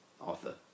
Arthur